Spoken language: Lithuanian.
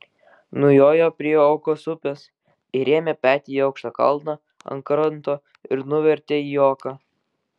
nujojo prie okos upės įrėmė petį į aukštą kalną ant kranto ir nuvertė į oką